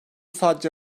sadece